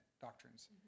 doctrines